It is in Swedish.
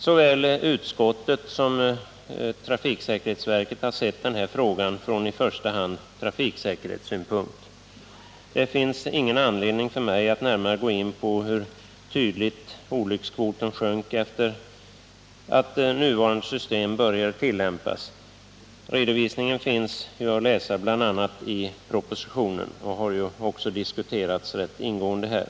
Såväl utskottet som trafiksäkerhetsverket har sett denna fråga från i första hand trafiksäkerhetssynpunkt. Det finns ingen anledning för mig att närmare gå in på hur markant olycksfallsfrekvensen sjönk då det nuvarande systemet började tillämpas. Redovisningen finns att läsa bl.a. i propositionen och har ju också diskuterats rätt ingående här.